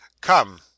Come